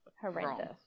horrendous